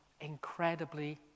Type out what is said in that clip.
incredibly